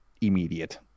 immediate